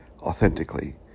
authentically